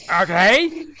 Okay